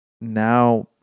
Now